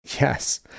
Yes